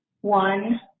one